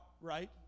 right